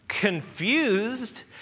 confused